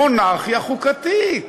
מונרכיה חוקתית.